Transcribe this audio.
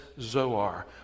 Zoar